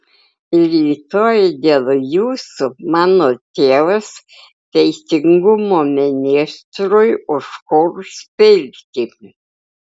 rytoj dėl jūsų mano tėvas teisingumo ministrui užkurs pirtį